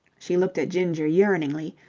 she looked at ginger yearningly,